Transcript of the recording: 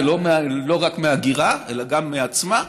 ולא רק מהגירה אלא גם מעצמה,